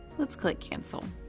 let's click cancel.